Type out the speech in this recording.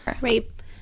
Rape